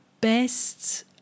best